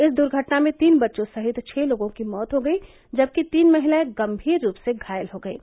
इस दुर्घटना में तीन बच्चों सहित छः लोगों की मौत हो गयी जबकि तीन महिलायें गम्मीर रूप से घायल हो गयीं